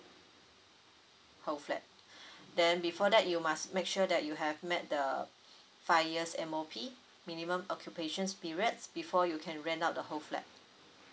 whole flat then before that you must make sure that you have met the five years M_O_P minimum occupations period before you can rent out the whole flat